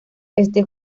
este